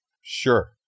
Sure